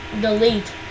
Delete